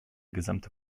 gesamte